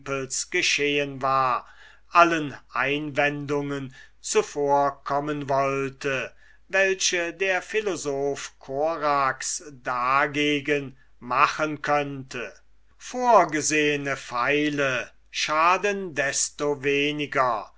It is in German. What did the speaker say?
geschehen war allen einwendungen zuvorkommen wollte welche der philosoph korax dagegen machen könnte vorgesehene pfeile schaden desto weniger